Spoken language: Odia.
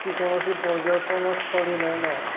କି କୌଣସି ପର୍ଯ୍ୟଟନ ସ୍ଥଳୀ ନାଇଁନ